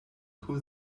who